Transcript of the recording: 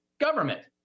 government